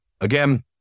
Again